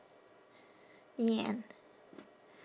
ya